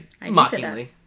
mockingly